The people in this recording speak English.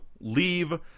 leave